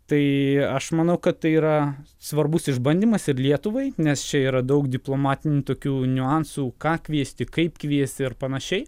tai aš manau kad tai yra svarbus išbandymas ir lietuvai nes čia yra daug diplomatinių tokių niuansų ką kviesti kaip kviesti ir panašiai